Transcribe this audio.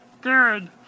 Good